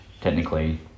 technically